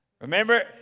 Remember